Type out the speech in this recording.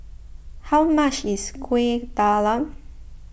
how much is Kueh Talam